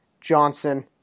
Johnson